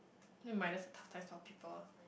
need minus the of people